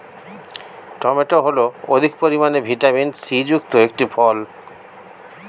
tomato হল অধিক পরিমাণে ভিটামিন সি যুক্ত একটি ফল